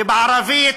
ובערבית: